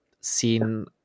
seen